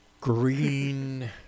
green